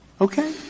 Okay